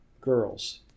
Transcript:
girls